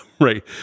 right